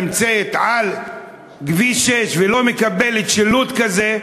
נמצאת על כביש 6 ולא מקבלת שילוט כזה,